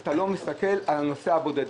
אתה לא מסתכל על הנוסע הבודד.